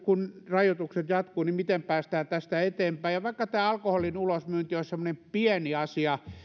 kun nyt rajoitukset jatkuvat päästään tästä eteenpäin ja vaikka tämä alkoholin ulosmyynti olisi semmoinen pieni asia